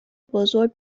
بزرگ